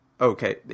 Okay